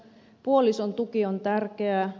puolison tuki on tärkeää